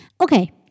Okay